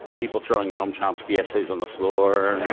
people throwing noam chomsky essays on the floor.